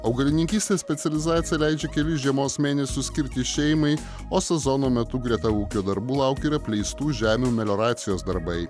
augalininkystės specializacija leidžia kelis žiemos mėnesius skirti šeimai o sezono metu greta ūkio darbų laukia ir apleistų žemių melioracijos darbai